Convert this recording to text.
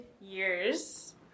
years